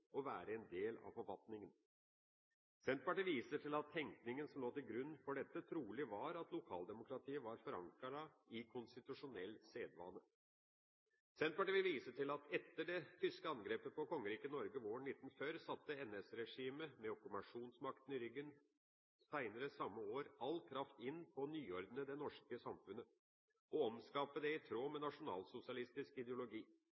å være en del av forfatningen. Senterpartiet viser til at tenkningen som lå til grunn for dette, trolig var at lokaldemokratiet var forankret i konstitusjonell sedvane. Senterpartiet vil vise til at etter det tyske angrepet på Kongeriket Norge våren 1940 satte NS-regimet med okkupasjonsmakten i ryggen senere samme år all kraft inn på å nyordne det norske samfunnet, å omskape det i tråd med nasjonalsosialistisk ideologi.